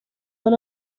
دیگه